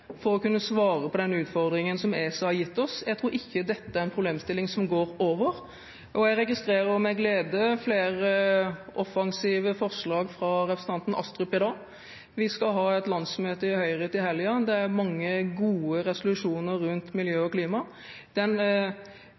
for å kunne svare på denne utfordringen som ESA har gitt oss. Jeg tror ikke dette er en problemstilling som går over, og jeg registrerer med glede flere offensive forslag fra representanten Astrup i dag. Vi skal ha et landsmøte i Høyre til helgen. Det er mange gode resolusjoner rundt miljø og klima.